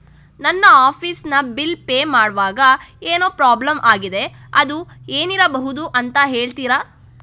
ನನ್ನ ಆಫೀಸ್ ನ bill pay ಮಾಡ್ವಾಗ ಏನೋ ಪ್ರಾಬ್ಲಮ್ ಆಗಿದೆ ಅದು ಏನಿರಬಹುದು ಅಂತ ಹೇಳ್ತೀರಾ?